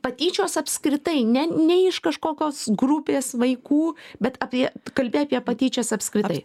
patyčios apskritai ne ne iš kažkokios grupės vaikų bet apie kalbi apie patyčias apskritai